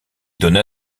donna